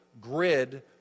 grid